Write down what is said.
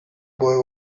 boy